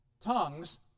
tongues